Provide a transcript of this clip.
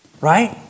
Right